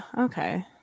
okay